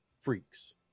freaks